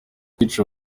kwica